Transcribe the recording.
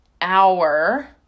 hour